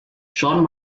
shawn